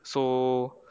so